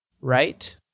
right